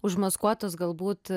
užmaskuotos galbūt